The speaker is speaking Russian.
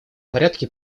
порядке